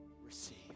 receive